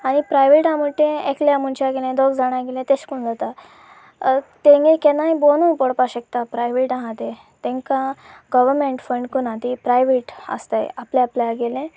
आनी प्रायवेट आसा म्हणटा तें एकल्या मनशा गेलें दोग जाणां गेलें तेशें कोन जाता तेंगे केन्नाय बंदूय पडपाक शकता प्रायवेट आसा तें तांकां गवर्मेंट फंड करिना ती प्रायवेट आसताय आपल्या आपल्या गेले